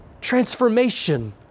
transformation